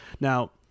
now